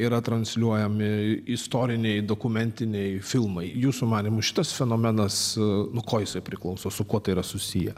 yra transliuojami istoriniai dokumentiniai filmai jūsų manymu šitas fenomenas nuo ko jisai priklauso su kuo tai yra susiję